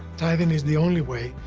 tithing is the only way.